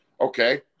okay